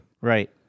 Right